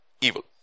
evil